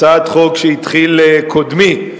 הצעת חוק שהתחיל קודמי,